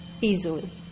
easily